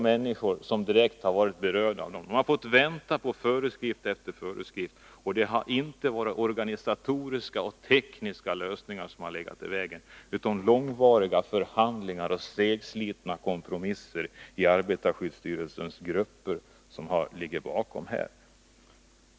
Människor som varit direkt berörda har fått vänta på föreskrift efter föreskrift, och det har inte varit organisatoriska och tekniska lösningar som legat i vägen, utan det är långvariga förhandlingar och segslitna kompromisser i arbetarskyddsstyrelsens grupper som ligger bakom här.